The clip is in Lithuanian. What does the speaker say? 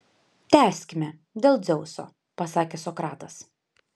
tęskime dėl dzeuso pasakė sokratas